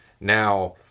Now